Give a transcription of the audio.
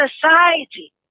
society